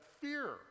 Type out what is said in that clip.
fear